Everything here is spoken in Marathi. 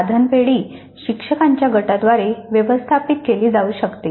साधन पेढी शिक्षकांच्या गटाद्वारे व्यवस्थापित केली जाऊ शकते